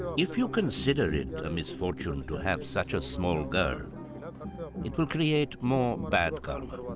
if you consider it a misfortune to have such a small girl it will create more bad karma